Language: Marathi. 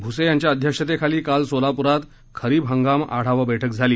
भुसे यांच्या अध्यक्षतेखाली काल सोलापुरात खरीप हंगाम आढावा बैठक झाली